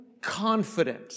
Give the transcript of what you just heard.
confident